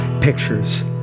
pictures